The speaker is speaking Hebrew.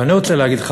ואני רוצה להגיד לך,